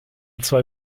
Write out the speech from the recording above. zwei